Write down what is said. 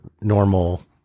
normal